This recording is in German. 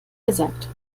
gesagt